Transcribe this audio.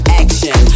action